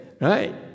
Right